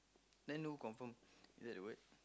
then who confirmed is that the word